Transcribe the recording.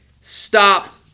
stop